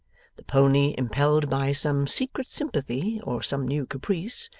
the pony, impelled by some secret sympathy or some new caprice,